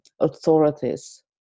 authorities